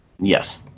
Yes